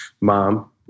mom